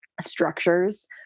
structures